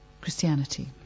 Christianity